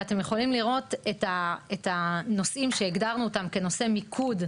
אתם יכולים לראות את הנושאים שהגדרנו אותם כנושאי מיקוד,